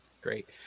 Great